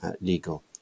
legal